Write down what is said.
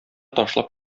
ташлап